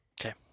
Okay